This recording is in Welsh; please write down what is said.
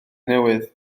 newydd